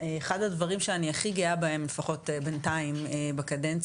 אחד הדברים שאני הכי גאה בהם לפחות בינתיים בקדנציה.